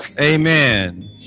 amen